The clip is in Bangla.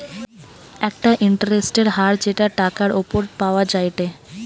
একটা ইন্টারেস্টের হার যেটা টাকার উপর পাওয়া যায়টে